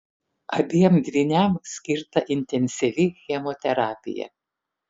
abiem dvyniams skirta intensyvi chemoterapija